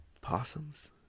Possums